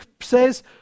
says